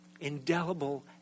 indelible